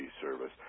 service